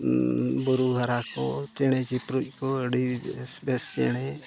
ᱵᱩᱨᱩ ᱫᱷᱟᱨᱟ ᱠᱚ ᱪᱮᱬᱮ ᱪᱤᱯᱨᱩᱫ ᱠᱚ ᱟᱹᱰᱤ ᱵᱮᱥ ᱵᱮᱥ ᱪᱮᱬᱮ